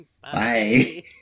Bye